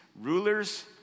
Rulers